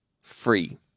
free